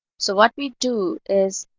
so what we do is,